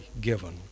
given